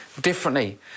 differently